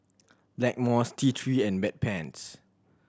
Blackmores T Three and Bedpans